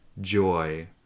joy